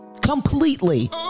Completely